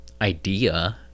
idea